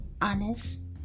...honest